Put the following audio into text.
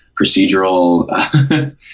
procedural